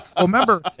Remember